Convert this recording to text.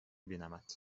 بینمت